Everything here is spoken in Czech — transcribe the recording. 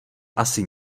asi